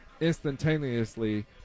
instantaneously